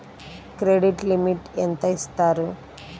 Credit limit ఎంత ఇస్తారు?